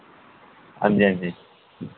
हांजी हांजी